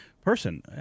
person